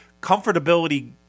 comfortability